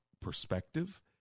perspective